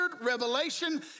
revelation